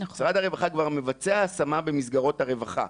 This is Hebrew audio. משרד הרווחה כבר מבצע השמה במסגרות הרווחה,